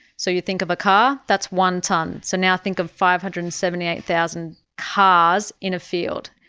so you think of a car, that's one tonne, so now think of five hundred and seventy eight thousand cars in a field.